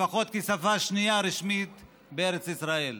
לפחות כשפה שנייה רשמית בארץ ישראל.